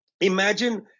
imagine